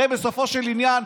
הרי בסופו של עניין,